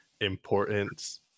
importance